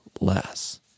less